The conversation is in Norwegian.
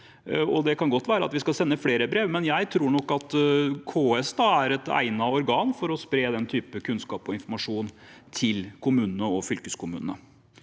Det kan godt være at vi skal sende flere brev, men jeg tror nok at KS er et egnet organ for å spre den type kunnskap og informasjon til kommunene og fylkeskommunene.